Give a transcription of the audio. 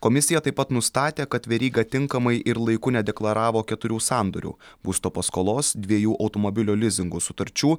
komisija taip pat nustatė kad veryga tinkamai ir laiku nedeklaravo keturių sandorių būsto paskolos dviejų automobilio lizingo sutarčių